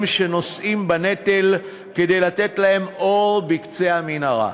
שנושאים בנטל כדי לתת להם אור בקצה המנהרה.